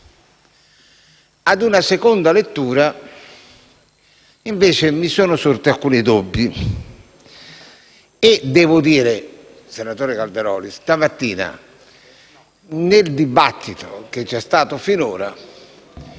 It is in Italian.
Ad una seconda lettura, invece, mi sono sorti alcuni dubbi. Devo dire, senatore Calderoli, che nel dibattito che c'è stato finora